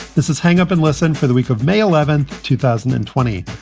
this is hang up and listen for the week of may eleventh, two thousand and twenty.